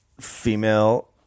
female